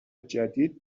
جدید